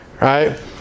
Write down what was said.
right